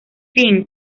fin